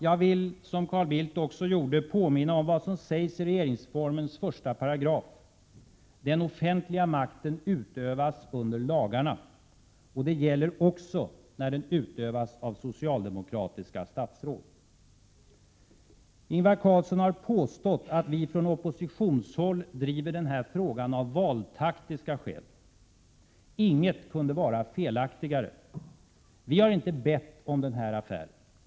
Jag vill, som Carl Bildt också gjort, påminna om vad som sägs i regeringsformens första paragraf: ”Den offentliga makten utövas under lagarna.” Det gäller också när den utövas av socialdemokratiska statsråd. Ingvar Carlsson har påstått att vi från oppositionshåll driver den här frågan av valtaktiska skäl. Inget kunde vara felaktigare. Vi har inte bett om den här affären.